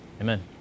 Amen